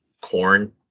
Corn